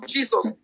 Jesus